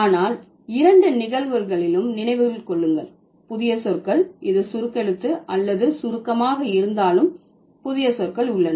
ஆனால் இரண்டு நிகழ்வுகளிலும் நினைவில் கொள்ளுங்கள் புதிய சொற்கள் இது சுருக்கெழுத்து அல்லது சுருக்கமாக இருந்தாலும் புதிய சொற்கள் உள்ளன